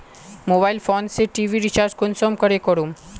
Mobile phone से TV recharge कुंसम करे करूम?